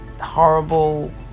horrible